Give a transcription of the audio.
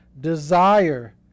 desire